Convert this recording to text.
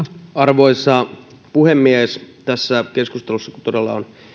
arvoisa puhemies kun tässä keskustelussa todella on